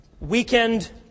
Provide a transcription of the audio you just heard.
weekend